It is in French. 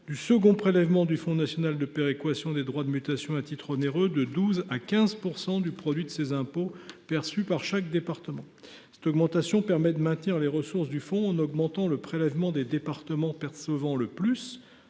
du second prélèvement du fonds national de péréquation des droits de mutation à titre onéreux, dit fonds DMTO, de 12 % à 15 % du produit de ces impôts perçus par chaque département. Cette augmentation permet de maintenir les ressources du fonds en augmentant le prélèvement des départements percevant le plus